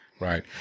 Right